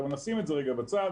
אבל נשים את זה רגע בצד.